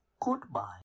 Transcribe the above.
Goodbye